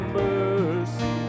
mercy